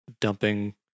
dumping